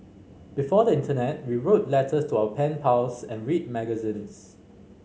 before the internet we wrote letters to our pen pals and read magazines